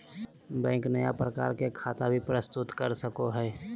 bank नया प्रकार के खता भी प्रस्तुत कर सको हइ